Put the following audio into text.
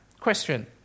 Question